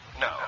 No